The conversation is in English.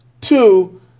Two